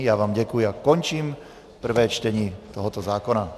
Já vám děkuji a končím prvé čtení tohoto zákona.